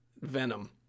venom